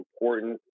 important